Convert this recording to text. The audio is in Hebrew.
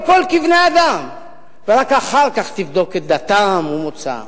כול כבני-אדם ורק אחר כך תבדוק את דתם ואת מוצאם.